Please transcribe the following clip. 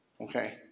Okay